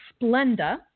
Splenda